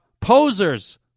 posers